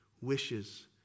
wishes